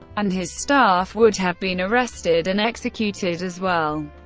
and his staff would have been arrested and executed as well.